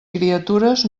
criatures